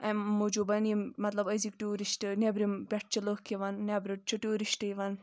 امہِ موٗجوٗب یِم مطلب أزِکۍ ٹیوٗرِسٹ نیٚبرِم پؠٹھ چھِ لُکھ یِوان نؠبرٕ چھِ ٹیوٗرِسٹ یِوان